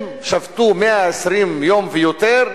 אם שבתו 120 יום ויותר,